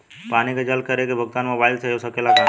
पानी के जल कर के भुगतान मोबाइल से हो सकेला का?